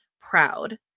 proud